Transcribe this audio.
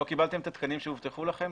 לא קיבלתם את התקנים שהובטחו לכם?